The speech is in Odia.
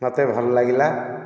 ମୋତେ ଭଲ ଲାଗିଲା